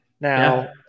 Now